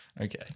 Okay